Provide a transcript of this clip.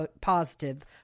positive